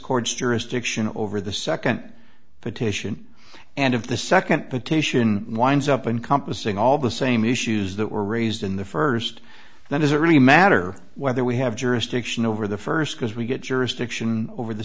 court's jurisdiction over the second petition and of the second petition winds up in compassing all the same issues that were raised in the first that is a really matter whether we have jurisdiction over the first because we get jurisdiction over the